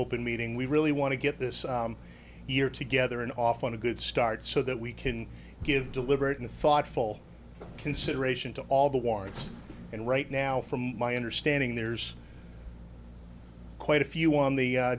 open meeting we really want to get this year together and off on a good start so that we can give deliberate and thoughtful consideration to all the warts and right now from my understanding there's quite a few on the